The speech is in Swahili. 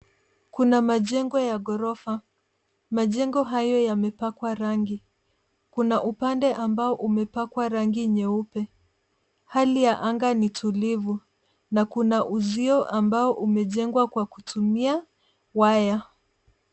Kuna majengo ya ghorofa. Majengo hayo yamepakwa rangi. Kuna upande ambao umepakwa rangi nyeupe. Hali ya anga ni tulivu na kuna uzio ambao umejengwa kwa kutumia waya.